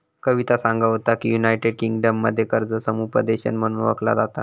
कविता सांगा होता की, युनायटेड किंगडममध्ये कर्ज समुपदेशन म्हणून ओळखला जाता